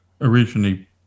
originally